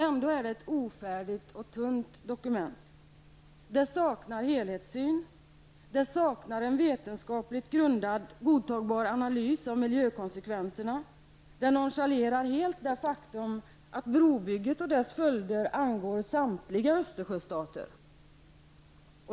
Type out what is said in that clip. Ändå är det ett ofärdigt och tunt dokument. Det saknar helhetssyn. Det saknar en vetenskapligt godtagbar analys av miljökonsekvenserna. Det nonchalerar helt det faktum att brobygget och dess följder angår samtliga Östersjöstater.